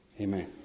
Amen